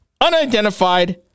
unidentified